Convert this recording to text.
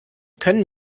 können